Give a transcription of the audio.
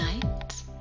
tonight